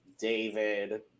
david